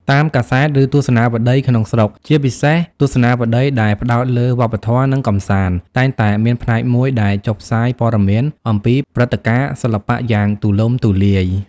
តាមកាសែត ឬទស្សនាវដ្តីក្នុងស្រុក ជាពិសេសទស្សនាវដ្តីដែលផ្តោតលើវប្បធម៌ និងកម្សាន្ត តែងតែមានផ្នែកមួយដែលចុះផ្សាយព័ត៌មានអំពីព្រឹត្តិការណ៍សិល្បៈយ៉ាងទូលំទូលាយ។